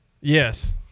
Yes